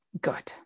good